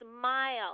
smile